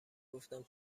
گفتم